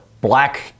black